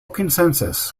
consensus